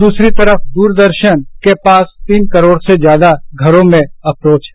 दूसरी तरफ दूरदर्शन के पास तीन करोड़ से ज्यादा घरों में अप्रोच है